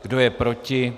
Kdo je proti?